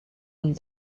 and